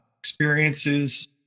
experiences